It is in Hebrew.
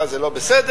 זה לא בסדר.